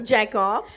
Jacob